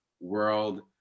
world